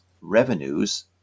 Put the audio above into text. revenues